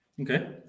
Okay